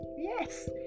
Yes